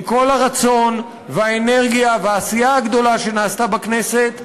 עם כל הרצון והאנרגיה והעשייה הגדולה שנעשתה בכנסת,